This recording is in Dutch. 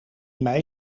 mei